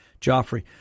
joffrey